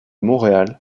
montréal